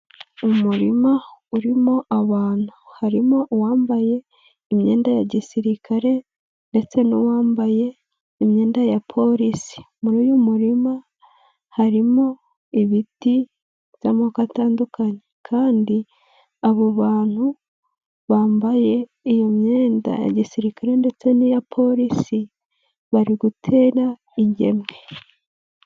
Umurima urimo abantu harimo uwambaye imyenda ya gisirikare ndetse n'uwambaye imyenda ya polisi. Muri uyu muririma harimo ibiti by'amako atandukanye kandi abo bantu bambaye iyo myenda ya gisirikare ndetse n'iya polisi bari gutera ingemwe.